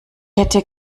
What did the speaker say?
hätte